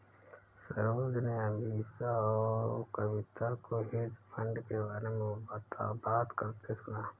सरोज ने अमीषा और कविता को हेज फंड के बारे में बात करते सुना